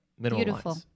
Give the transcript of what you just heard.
Beautiful